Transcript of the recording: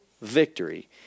victory